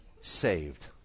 saved